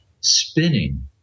spinning